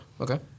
Okay